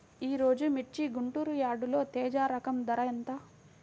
ఈరోజు మిర్చి గుంటూరు యార్డులో తేజ రకం ధర ఎంత?